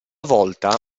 volta